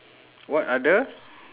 what are the